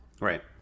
Right